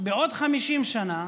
בעוד 50 שנה